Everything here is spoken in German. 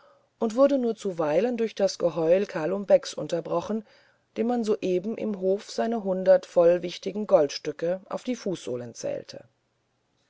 und wurde nur zuweilen durch das geheul kalum becks unterbrochen dem man soeben im hof seine hundert vollwichtigen goldstücke auf die fußsohlen zählte